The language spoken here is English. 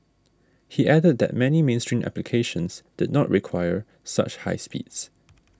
he added that many mainstream applications did not quite require such high speeds